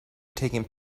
taking